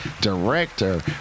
director